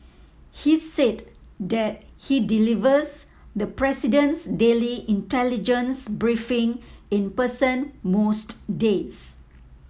he's said that he delivers the president's daily intelligence briefing in person most days